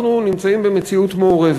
אנחנו נמצאים במציאות מעורבת,